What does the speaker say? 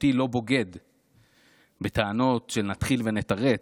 היותי לא בוגד בטענות, שנתחיל ונתרץ: